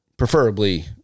Preferably